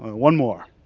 one more.